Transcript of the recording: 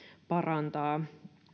parantaa